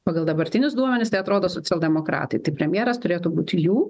pagal dabartinius duomenis tai atrodo socialdemokratai tai premjeras turėtų būti jų